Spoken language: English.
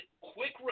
quick